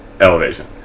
elevation